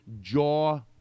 jaw